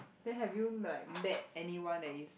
then have you like met anyone that is